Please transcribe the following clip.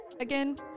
again